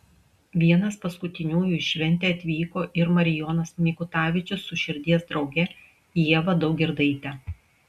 vienas paskutiniųjų į šventę atvyko ir marijonas mikutavičius su širdies drauge ieva daugirdaite